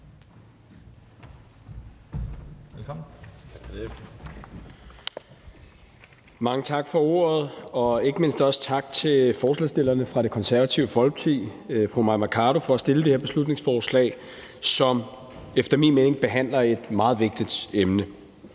Mange tak for ordet, og ikke mindst også tak til forslagsstilleren fra Det Konservative Folkeparti, fru Mai Mercado, for at fremsætte det her beslutningsforslag, som efter min mening behandler et meget vigtigt emne.